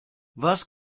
was